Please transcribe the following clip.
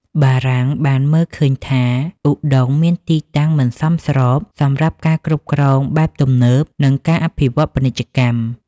បារាំងបានមើលឃើញថា ឧដុង្គមានទីតាំងមិនសមស្របសម្រាប់ការគ្រប់គ្រងបែបទំនើបនិងការអភិវឌ្ឍន៍ពាណិជ្ជកម្ម។